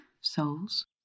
souls